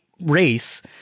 race